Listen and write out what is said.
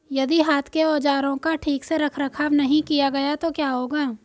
यदि हाथ के औजारों का ठीक से रखरखाव नहीं किया गया तो क्या होगा?